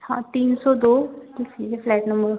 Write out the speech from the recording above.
हाँ तीन सौ दो ये फ्लैट नंबर